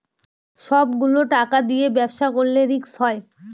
সব গুলো টাকা দিয়ে ব্যবসা করলে রিস্ক হয়